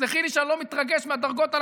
תסלחי לי שאני לא מתרגש מהדרגות על